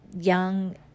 young